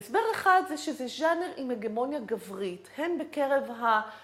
אסבר לך את זה שזה ז'אנר עם מגמוניה גברית. הן בקרב ה...